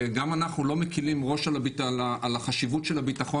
גם אנחנו לא מקלים ראש על החשיבות של הביטחון